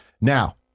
Now